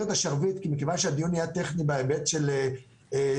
מכיוון שהדיון נהיה טכני בהיבט של המקרקעין,